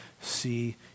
see